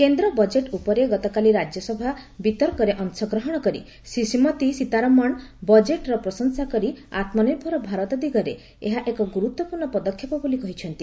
କେନ୍ଦ୍ର ବଜେଟ୍ ଉପରେ ଗତକାଲି ରାଜ୍ୟସଭା ବିତର୍କରେ ଅଂଶଗ୍ରହଣ କରି ଶ୍ରୀମତୀ ସୀତାରମଣ ବଜେଟ୍ର ପ୍ରଶଂସା କରି ଆତ୍କନିର୍ଭର ଭାରତ ଦିଗରେ ଏହା ଏକ ଗୁରୁତ୍ୱପୂର୍ଣ୍ଣ ପଦକ୍ଷେପ ବୋଲି କହିଛନ୍ତି